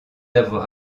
d’avoir